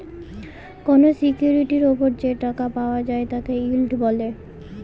কোনো সিকিউরিটির ওপর যে টাকা পাওয়া যায় তাকে ইল্ড বলে